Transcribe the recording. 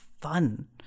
fun